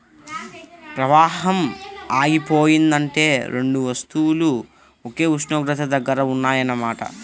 ప్రవాహం ఆగిపోయిందంటే రెండు వస్తువులు ఒకే ఉష్ణోగ్రత దగ్గర ఉన్నాయన్న మాట